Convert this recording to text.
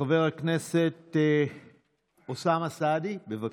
חבר הכנסת אוסאמה סעדי, בבקשה.